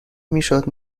میشد